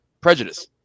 prejudice